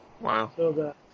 Wow